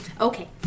Okay